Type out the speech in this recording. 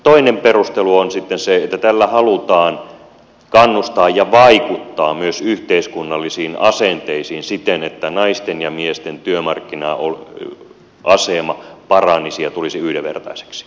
toinen perustelu on sitten se että tällä halutaan kannustaa ja vaikuttaa myös yhteiskunnallisiin asenteisiin siten että naisten ja miesten työmarkkina asema paranisi ja tulisi yhdenvertaiseksi